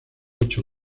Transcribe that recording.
ocho